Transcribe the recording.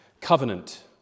Covenant